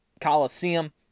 Coliseum